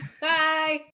bye